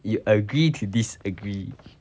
you agree to disagree